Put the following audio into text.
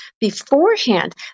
beforehand